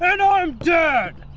and i'm dead!